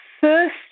first